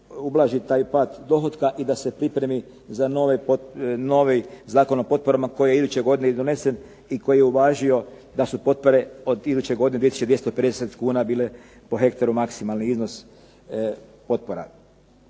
ublaži taj pad dohotka i da se pripremi novi Zakon o potporama koji je iduće godine i donesen i koji je uvažio da su potpore od iduće godine 2250 kuna bile po hektaru maksimalni iznos potpora.